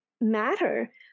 matter